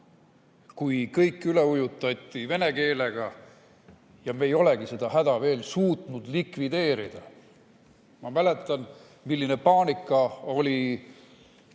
kui kõik ujutati üle vene keelega, ja me ei olegi seda häda veel suutnud likvideerida. Ma mäletan, milline paanika oli